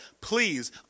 please